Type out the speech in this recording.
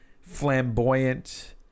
flamboyant